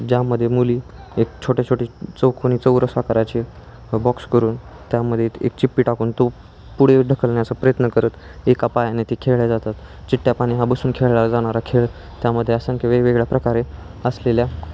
ज्यामध्ये मुली एक छोट्या छोटे चौकोनी चौरस आकाराचे बॉक्स करून त्यामध्ये एक चिप्पी टाकून तो पुढे ढकलण्या्चा प्रयत्न करत एका पायाने ते खेळल्या जातात चिट्टा पानी हा बसून खेळाला जाणारा खेळ त्यामध्येे असंख्य वेगवेगळ्या प्रकारे असलेल्या